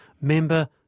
member